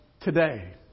today